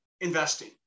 investing